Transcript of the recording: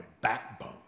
backbone